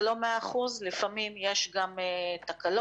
זה לא 100%. לפעמים יש גם תקלות.